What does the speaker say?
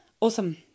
Awesome